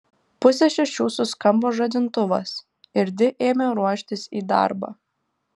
pusę šešių suskambo žadintuvas ir di ėmė ruoštis į darbą